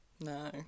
No